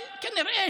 אבל כנראה